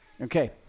Okay